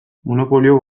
monopolio